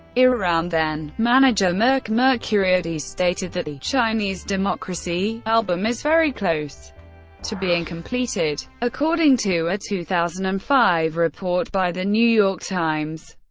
around then, manager merck mercuriadis stated that the chinese democracy album is very close to being completed. according to a two thousand and five report by the new york times,